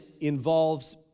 involves